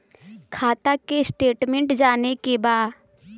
खाता के स्टेटमेंट जाने के बा?